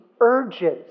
urges